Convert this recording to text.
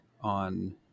on